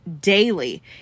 daily